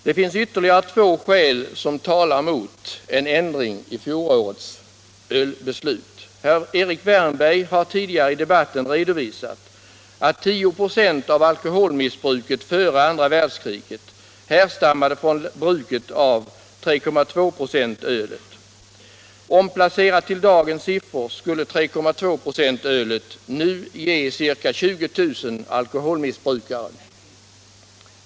Det finns ytterligare två skäl som talar mot en ändring av fjolårets ölbeslut. Herr Erik Wärnberg har tidigare i debatten redovisat att 10 96 av alkoholmissbruket före andra världskriget härstammade från bruket av öl på 3,2 926. Omplacerat till dagens förhållanden skulle ölet på 3,2 926 alltså ge ca 20000 alkoholmissbrukare.